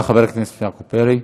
חבר הכנסת יעקב פרי.